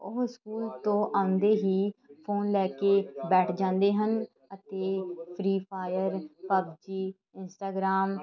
ਉਹ ਸਕੂਲ ਤੋਂ ਆਉਂਦੇ ਹੀ ਫੋਨ ਲੈ ਕੇ ਬੈਠ ਜਾਂਦੇ ਹਨ ਅਤੇ ਫਰੀ ਫਾਇਰ ਪਬਜੀ ਇੰਸਟਾਗ੍ਰਾਮ